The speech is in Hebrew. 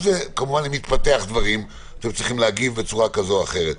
כמובן אם מתפתחים דברים אתם צריכים להגיב בצורה כזאת או אחרת.